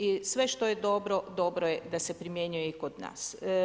I sve što je dobro, dobro je da se primjenjuje i kod nas.